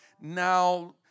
Now